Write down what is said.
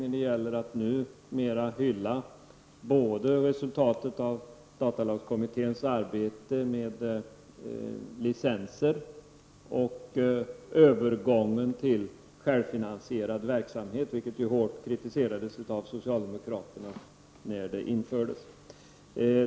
Nu gäller det att hylla både resultatet av datalagskommitténs arbete med licenser och övergången till självfinansierad verksamhet, vilket var något som hårt kritiserades av socialdemokraterna.